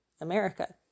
America